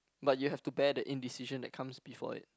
but you have to bear the indecision that comes before it